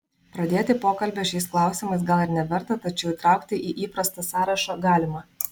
pradėti pokalbio šiais klausimais gal ir neverta tačiau įtraukti į įprastą sąrašą galima